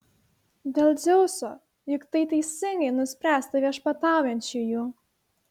dėl dzeuso juk tai teisingai nuspręsta viešpataujančiųjų